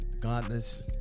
Godless